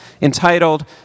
entitled